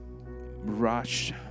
rush